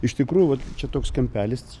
iš tikrųjų vat čia toks kampelis